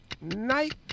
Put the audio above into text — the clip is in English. night